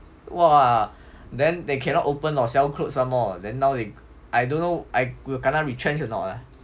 !wah! then they cannot open or sell clothes some more then now I don't know I will kena retrenched or not ah